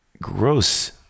Gross